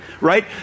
right